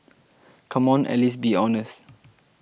come on at least be honest